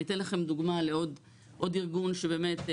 אני אתן לכם דוגמה לעוד ארגון שבאמת,